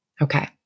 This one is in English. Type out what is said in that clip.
Okay